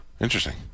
Interesting